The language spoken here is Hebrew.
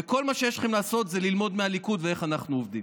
וכל מה שיש לכם לעשות זה ללמוד מהליכוד איך אנחנו עובדים.